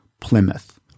Plymouth